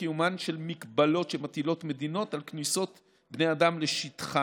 לקיומן של הגבלות שמטילות מדינות על כניסות בני אדם לשטחן